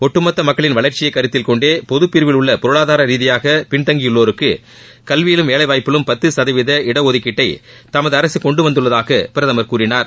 ஒட்டுமொத்த மக்களின் வளர்ச்சியை கருத்தில்கொண்டே பொதுப்பிரிவில் உள்ள பொருளாதார ரீதியாக பின்தங்கியுள்ளோருக்கு கல்வியிலும் வேலைவாய்ப்பிலும் பத்து சதவீத இடஒதுக்கீட்டை தமத அரசு கொண்டுவந்துள்ளதாக பிரதமர் கூறினார்